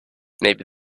maybe